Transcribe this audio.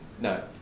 No